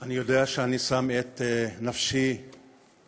אני יודע שאני שם את נפשי בכפי,